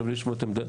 שווה לשמוע את עמדתם,